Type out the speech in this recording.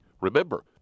Remember